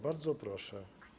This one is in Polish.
Bardzo proszę.